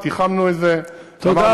ותיחמנו את זה: אמרנו,